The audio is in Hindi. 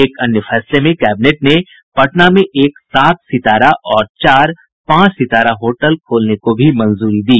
एक अन्य फैसले में कैबिनेट ने पटना में एक सात सितारा और चार पांच सितारा होटल खोलने को भी मंजूरी दी